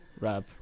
Rap